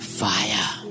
fire